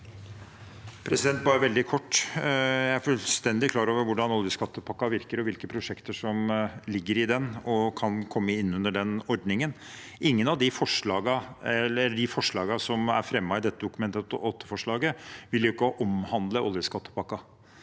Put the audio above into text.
Jeg er fullstendig klar over hvordan oljeskattepakken virker, og hvilke prosjekter som ligger i den og kan komme inn under den ordningen. Ingen av de forslagene som er fremmet i dette Dokument 8-forslaget, vil omhandle oljeskattepakken